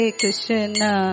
Krishna